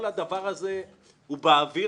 כל הדבר הזה הוא באוויר,